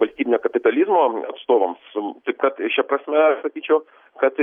valstybinio kapitalizmo atstovams taip kad šia prasme sakyčiau kad